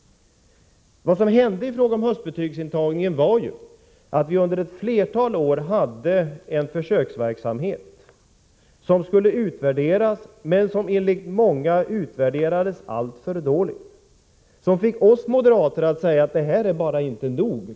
Vad som hände i fråga om höstbetygsintagningen var ju att vi under ett flertal år hade en försöksverksamhet som skulle utvärderas, men som enligt många utvärderades alltför dåligt. Det fick oss moderater att säga att detta bara inte duger.